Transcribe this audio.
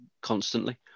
constantly